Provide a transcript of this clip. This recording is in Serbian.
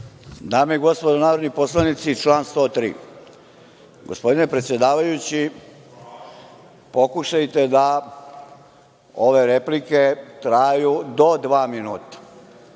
Dame i gospodo narodni poslanici, član 103.Gospodine predsedavajući pokušajte da ove replike traju do dva minuta.